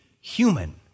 human